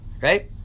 Right